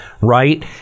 right